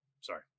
Sorry